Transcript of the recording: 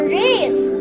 race